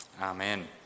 Amen